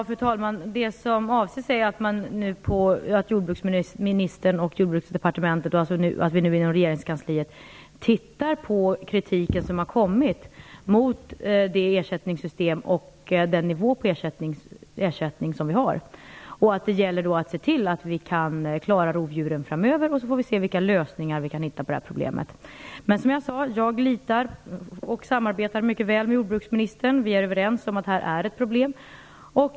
Fru talman! Det som avses är att vi nu inom regeringskansliet ser på den kritik som har kommit mot ersättningssystemet och nivån på ersättningen. Det gäller då att se till att vi klarar rovdjuren framöver. Sedan får vi se vilka lösningar vi kan finna på problemet. Men som jag sade: Jag litar på och samarbetar mycket väl med jordbruksministern. Vi är överens om att det här är ett problem.